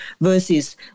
versus